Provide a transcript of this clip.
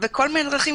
ובכל מיני דרכים,